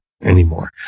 anymore